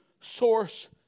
source